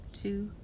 two